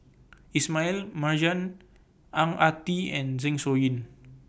Ismail Marjan Ang Ah Tee and Zeng Shouyin